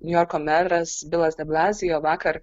niujorko meras bilas deblazijo vakar